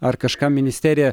ar kažką ministerija